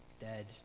dead